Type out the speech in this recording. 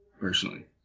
personally